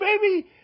baby